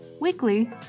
weekly